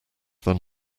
than